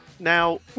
Now